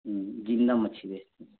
हम ज़िंदा मछली बेचते हैं